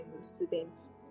students